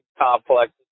complex